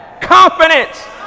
confidence